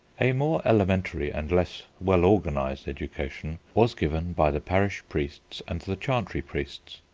a more elementary and less well organised education was given by the parish priests and the chantry priests,